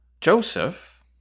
Joseph